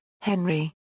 Henry